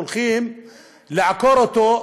הולכים לעקור אותו,